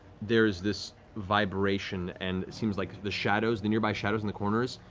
there's this vibration and it seems like the shadows, the nearby shadows in the corners,